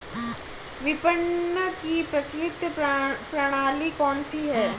विपणन की प्रचलित प्रणाली कौनसी है?